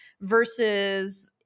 versus